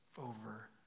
over